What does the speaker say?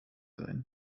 sein